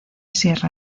sierra